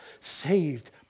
saved